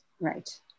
Right